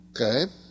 Okay